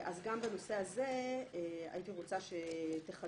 אז גם בנושא הזה הייתי רוצה שתחדדו,